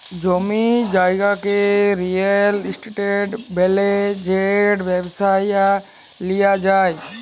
জমি জায়গাকে real estate ব্যলে যেট ব্যবসায় লিয়া যায়